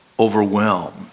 Overwhelmed